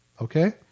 okay